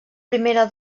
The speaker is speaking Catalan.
primera